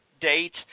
date